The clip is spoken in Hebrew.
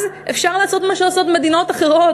אז אפשר לעשות מה שעושות מדינות אחרות,